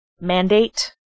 mandate